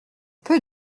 peu